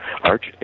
Arch